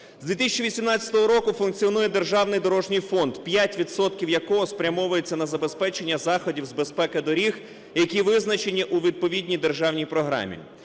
З 2018 року функціонує Державний дорожній фонд, 5 відсотків якого спрямовується на забезпечення заходів з безпеки доріг, які визначені у відповідній державній програмі.